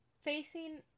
facing